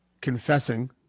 confessing